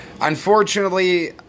Unfortunately